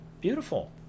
Beautiful